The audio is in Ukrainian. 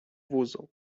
вузол